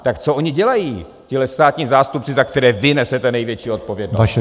Tak co oni dělají, tihle státní zástupci, za které vy nesete největší odpovědnost!